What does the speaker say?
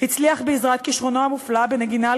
הצליח בעזרת כישרונו המופלא בנגינה על